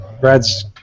Brad's